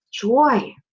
joy